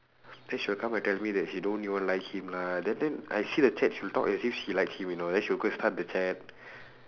then she will come and tell me that she don't even like him lah then then I see the chat she'll talk as if she likes him you know then she will go and start the chat